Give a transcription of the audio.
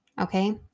Okay